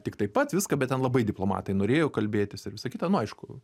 tik taip pat viską bet ten labai diplomatai norėjo kalbėtis ir visa kita nu aišku